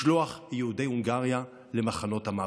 משלוח יהודי הונגריה למחנות המוות.